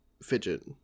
fidget